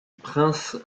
prince